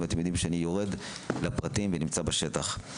ואתם יודעים שאני יורד לפרטים ונמצא בשטח.